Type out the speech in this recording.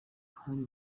hari